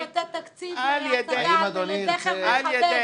צריך לתת תקציב להסתה ולזכר מחבל.